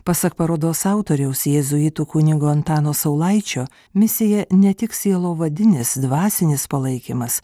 pasak parodos autoriaus jėzuitų kunigo antano saulaičio misija ne tik sielovadinis dvasinis palaikymas